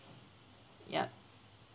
yup